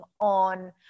on